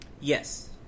Yes